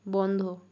বন্ধ